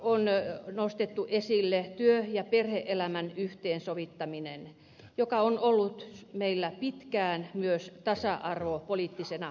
selonteossa on nostettu esille työ ja perhe elämän yhteensovittaminen joka on ollut meillä pitkään myös tasa arvopoliittisena keskusteluna